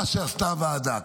מה שעשתה הוועדה,